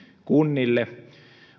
kunnille